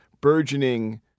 burgeoning